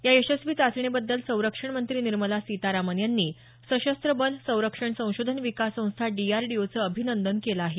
या यशस्वी चाचणीबद्दल संरक्षण मंत्री निर्मला सितारामन यांनी सशस्त्र बल संरक्षण संशोधन विकास संस्था डीआरडीओचं अभिनंदन केलं आहे